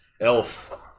Elf